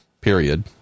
period